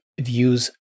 views